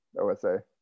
OSA